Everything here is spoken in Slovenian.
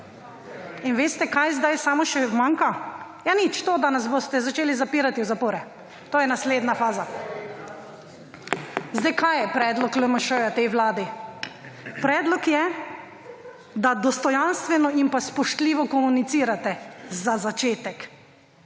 Veste, kaj samo še manjka? Ja, da nas boste zapirati v zapore. To je naslednja faza. Kaj je predlog LMŠ tej vladi? Predlog je, da dostojanstveno in pa spoštljivo komunicirate za začetek,